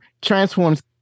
transforms